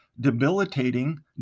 debilitating